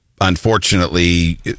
Unfortunately